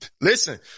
Listen